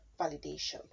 validation